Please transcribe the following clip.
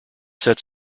sets